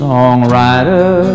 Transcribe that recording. Songwriter